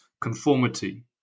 conformity